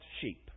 sheep